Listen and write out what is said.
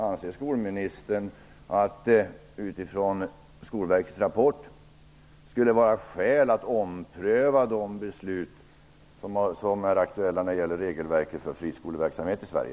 Anser skolministern att det utifrån Skolverkets rapport finns skäl att ompröva de beslut som är aktuella för regelverket när det gäller friskoleverksamhet i Sverige?